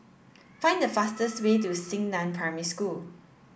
find the fastest way to Xingnan Primary School